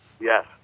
Yes